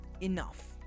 enough